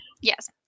Yes